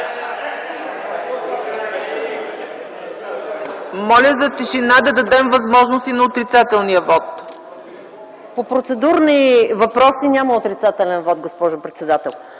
Моля за тишина, да дадем възможност и на отрицателния вот. МАЯ МАНОЛОВА (КБ): По процедурни въпроси няма отрицателен вот, госпожо председател.